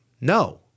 No